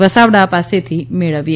વસાવડા પાસેથી મેળવીએ